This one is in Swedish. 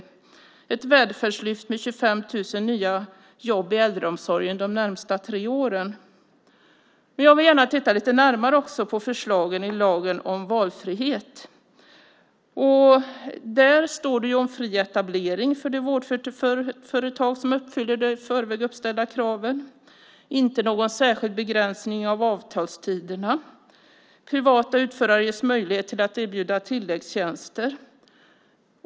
Det är ett välfärdslyft med 25 000 nya jobb i äldreomsorgen de närmaste tre åren. Jag vill också titta lite närmare på förslagen i lagen om valfrihet. Där står det om fri etablering för de vårdföretag som uppfyller de i förväg uppställda kraven. Det är inte någon särskild begränsning av avtalstiderna. Privata utförare ges möjlighet att erbjuda tilläggstjänster.